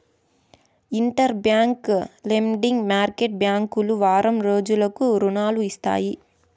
inter bank lending market బ్యాంకులు వారం రోజులకు రుణాలు ఇస్తాయి